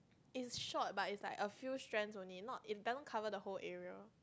is short but is like a few fringe only not it didn't cover the whole area